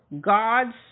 gods